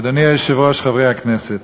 אדוני היושב-ראש, חברי הכנסת,